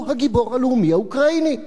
הוא הגיבור הלאומי האוקראיני.